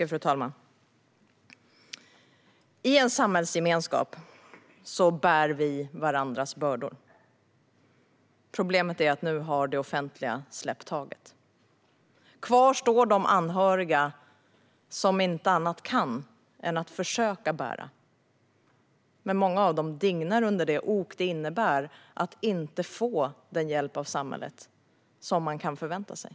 Fru talman! I en samhällsgemenskap bär vi varandras bördor. Problemet är att det offentliga nu har släppt taget. Kvar står de anhöriga som inte annat kan än att försöka bära bördorna. Men många av dem dignar under det ok som det innebär att inte få den hjälp av samhället som man kan förvänta sig.